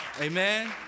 amen